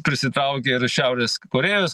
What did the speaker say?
prisitraukė ir šiaurės korėjos